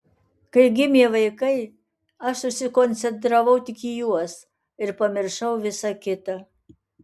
kai gimė vaikai aš susikoncentravau tik į juos ir pamiršau visa kita